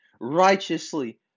righteously